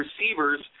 receivers